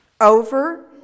over